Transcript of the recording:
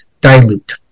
dilute